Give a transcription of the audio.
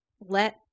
Let